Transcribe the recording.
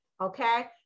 okay